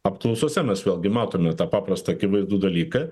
apklausose mes vėlgi matome tą paprastą akivaizdų dalyką